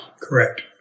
Correct